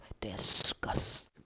discuss